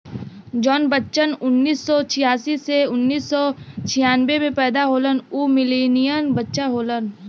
जौन बच्चन उन्नीस सौ छियासी से उन्नीस सौ छियानबे मे पैदा होलन उ मिलेनियन बच्चा होलन